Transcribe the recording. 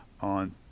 on